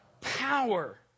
power